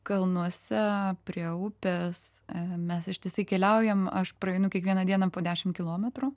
kalnuose prie upes mes ištisai keliaujame aš praeinu kiekvieną dieną po dešimt kilometrų